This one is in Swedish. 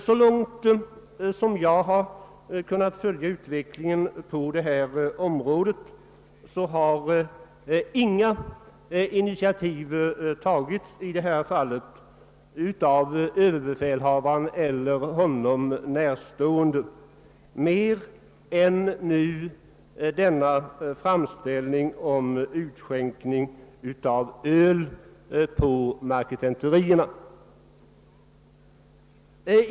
Så långt jag har kunnat följa utvecklingen på detta område har inga initiativ i detta fall tagits av överbefälhavaren eller honom närstående mer än denna framställning nu om utskänkning av öl på marketenterierna.